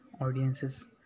audiences